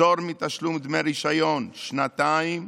פטור מתשלום דמי רישיון שנתיים,